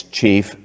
chief